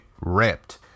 ripped